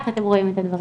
איך אתם רואים את הדברים.